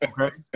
Okay